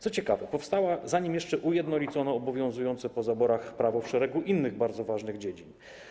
Co ciekawe, powstała zanim jeszcze ujednolicono obowiązujące po zaborach prawo w szeregu innych bardzo ważnych dziedzin.